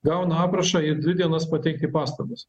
gauna aprašą ir dvi dienas pateikti pastabas